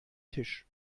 tisch